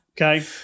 okay